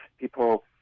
people